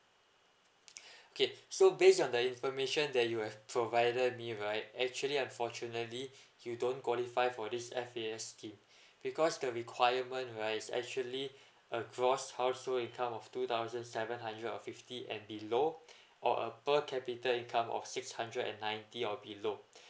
okay so based on the information that you have provided me right actually unfortunately you don't qualify for this F_A_S scheme because the requirement right is actually a gross household income of two thousand seven hundred and fifty and below or a per capita income of six hundred and ninety or below